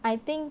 I think